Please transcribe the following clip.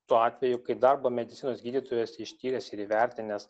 tuo atveju kai darbo medicinos gydytojas ištyręs ir įvertinęs